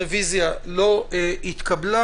אין הרוויזיה לא אושרה הרביזיה לא התקבלה,